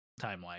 timeline